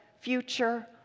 future